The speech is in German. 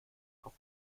auf